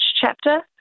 chapter